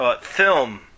film